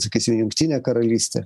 sakysim jungtinė karalystė